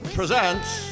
presents